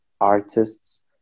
artists